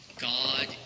God